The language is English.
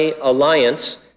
Alliance